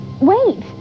wait